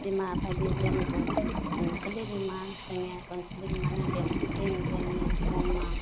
बिमा बायदि जों अनसु अनसुलि बिमा जोंनि अनसुलि बिमायानो देरसिन जोंनि बुहुमाव